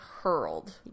hurled